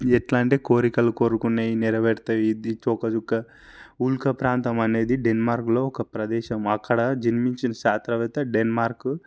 ఎట్లా అంటే కోరికలు కోరుకునేవి నెరవేరుతాయి ఇది తోకచుక్క ఉల్క ప్రాంతం అనేది డెన్మార్క్లో ఒక ప్రదేశం అక్కడ జన్మించిన శాస్త్రవేత్త డెన్మార్క్